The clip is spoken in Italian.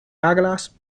aglaas